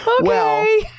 Okay